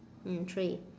mm three